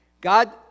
God